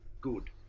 good